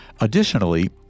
Additionally